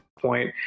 Point